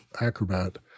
Acrobat